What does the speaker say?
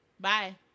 Bye